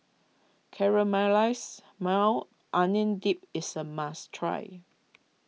Caramelized Maui Onion Dip is a must try